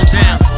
down